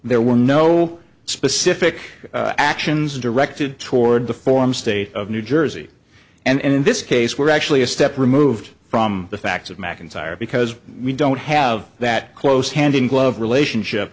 there were no specific actions directed toward the form state of new jersey and in this case were actually a step removed from the facts of mcintyre because we don't have that close hand in glove relationship